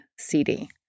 CD